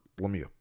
Lemieux